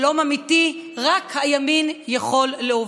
שלום אמיתי רק הימין יכול להוביל.